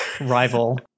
rival